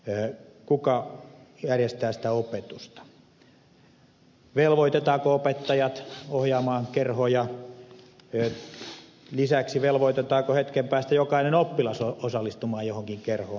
kuka järjestää sitä opetusta velvoitetaanko opettajat ohjaamaan kerhoja ja lisäksi velvoitetaanko hetken päästä jokainen oppilas osallistumaan johonkin kerhoon